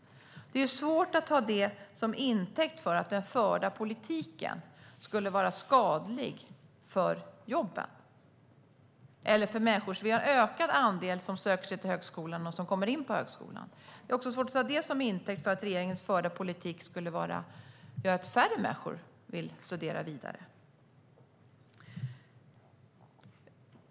Det är svårt att ta det till intäkt för att den förda politiken skulle vara skadlig för jobben. Det är fler som söker sig till högskolan och som kommer in på högskolan. Det är svårt att ta det till intäkt för att regeringens förda politik skulle göra att färre människor vill studera vidare.